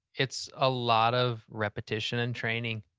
it's a lot of repetition and training.